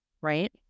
right